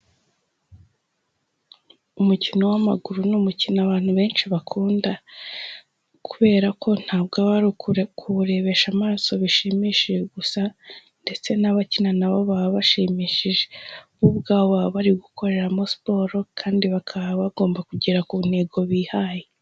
Umukino w'amaguru ni umukino abantu benshi bakunda. Kubera ko ntabwo aba ari kuwurebesha amaso bishimishije gusa, ndetse n'abakina nabo baba bashimishije. Bo ubwabo baba bari gukorera mo siporo, kandi bakaba bagomba kugera ku ntego bihaye.